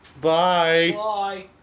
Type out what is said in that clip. Bye